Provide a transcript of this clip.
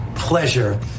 Pleasure